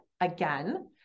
again